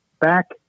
back